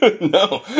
No